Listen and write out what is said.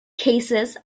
cases